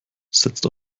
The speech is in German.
setzt